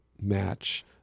match